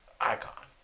Icon